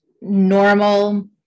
normal